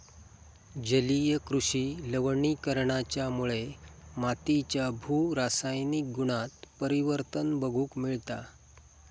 जलीय कृषि लवणीकरणाच्यामुळे मातीच्या भू रासायनिक गुणांत परिवर्तन बघूक मिळता